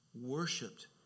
worshipped